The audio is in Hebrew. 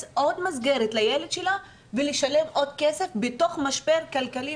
עוד מסגרת לילד שלה ולשלם עוד כסף בתוך משבר כלכלי,